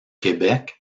québec